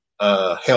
help